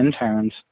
interns